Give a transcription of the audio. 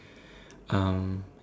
um